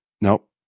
Nope